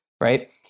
right